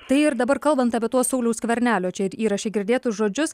tai ir dabar kalbant apie tuos sauliaus skvernelio čia ir įraše girdėtus žodžius